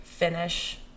Finish